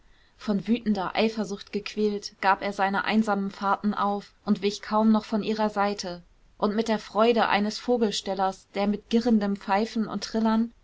von wütender eifersucht gequält gab er seine einsamen fahrten auf und wich kaum noch von ihrer seite und mit der freude eines vogelstellers der mit girrendem pfeifen und trillern